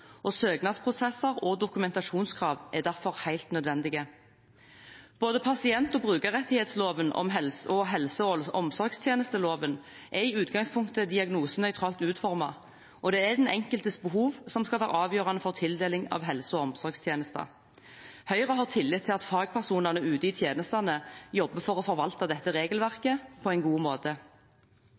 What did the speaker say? og søknadsprosesser og dokumentasjonskrav er derfor helt nødvendig. Både pasient- og brukerrettighetsloven og helse- og omsorgstjenesteloven er i utgangspunktet diagnosenøytralt utformet, og det er den enkeltes behov som skal være avgjørende for tildeling av helse- og omsorgstjenester. Høyre har tillit til at fagpersonene ute i tjenestene jobber for å forvalte dette regelverket på en god måte.